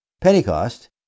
Pentecost